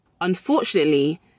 Unfortunately